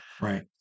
right